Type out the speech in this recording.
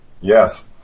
Yes